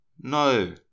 No